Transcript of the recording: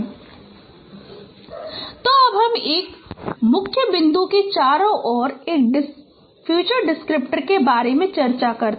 Sp→x d Ip→x ≤ Ip t s Ip t Ip→x Ip t b Ip t Ip→x तो अब हम एक मुख्य बिंदु के चारों ओर एक डिस्क्रिप्टर के बारे में चर्चा करते हैं